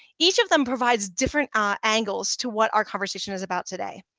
each of them provides different ah angles to what our conversation is about today.